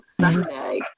Sunday